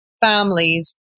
families